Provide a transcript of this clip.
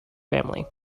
family